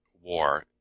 war